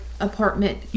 apartment